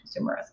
consumerism